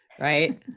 right